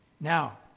Now